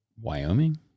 Wyoming